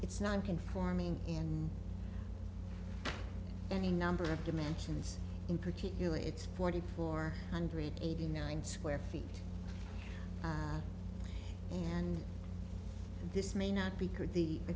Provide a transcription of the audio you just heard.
it's non conforming in any number of dimensions in particular it's forty four hundred eighty nine square feet and this may not be